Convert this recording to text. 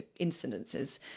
incidences